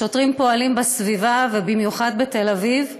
השוטרים פועלים בסביבה, ובמיוחד בתל אביב,